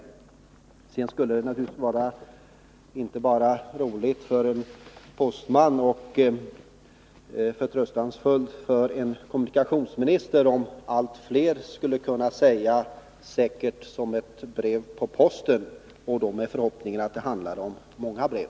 Sedan skulle det naturligtvis vara roligt, inte bara för en postman, och förtröstansfullt för en kommunikationsminister om allt fler skulle kunna säga: säkert som ett brev på posten. Det skulle man då säga med förhoppningen att det handlar om många brev.